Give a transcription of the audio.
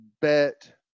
bet